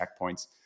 checkpoints